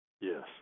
yes